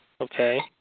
Okay